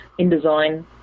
InDesign